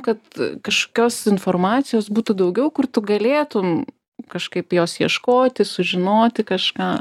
kad kažkokios informacijos būtų daugiau kur tu galėtum kažkaip jos ieškoti sužinoti kažką